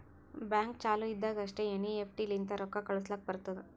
bank ಚಾಲು ಇದ್ದಾಗ್ ಅಷ್ಟೇ ಎನ್.ಈ.ಎಫ್.ಟಿ ಲಿಂತ ರೊಕ್ಕಾ ಕಳುಸ್ಲಾಕ್ ಬರ್ತುದ್